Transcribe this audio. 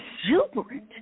exuberant